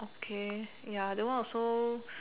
okay ya that one also